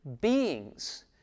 beings